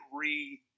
re